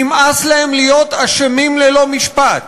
נמאס להם להיות אשמים ללא משפט,